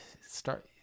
Start